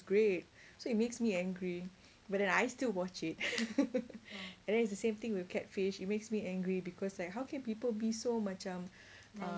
great so it makes me angry but then I still watch it and then it's the same thing with catfish it makes me angry because like how can people be so macam err